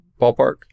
ballpark